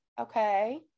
Okay